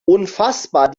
unfassbar